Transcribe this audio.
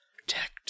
protect